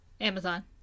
Amazon